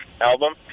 album